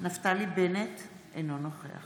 נפתלי בנט, אינו נוכח